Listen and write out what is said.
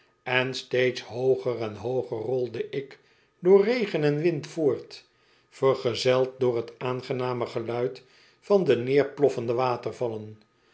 en steeds hooger en hooger rolde ik door regen en wind voort vergezeld door t aangename geluid van de neerploffende watervallen